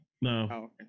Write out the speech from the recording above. No